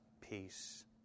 peace